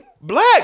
Black